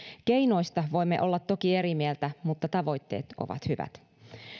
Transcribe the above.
keinoista voimme olla toki eri mieltä mutta tavoitteet ovat hyvät